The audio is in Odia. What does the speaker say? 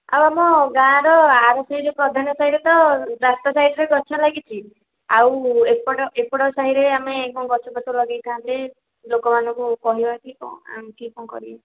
ଆଉ ଆମ ଗାଁର ଆର ସାହିରେ ପ୍ରଧାନ ସାହିରେ ତ ରାସ୍ତା ସାଇଡ଼୍ରେ ଗଛ ଲାଗିଛି ଆଉ ଏପଟ ଏପଟ ସାହିରେ ଆମେ କ'ଣ ଗଛ ଫଛ ଲଗାଇଥାନ୍ତେ ଲୋକମାନଙ୍କୁ କହିବା କି କ'ଣ କିଏ କ'ଣ କରିବେ